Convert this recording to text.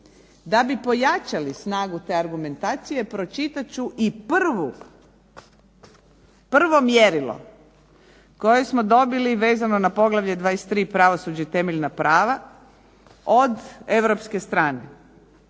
Da bi pojačali snagu te argumentacije pročitat ću i prvo mjerilo koje smo dobili vezano na poglavlje 23. Pravosuđe i temeljna prava od Europske strane.